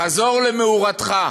חזור למאורתך.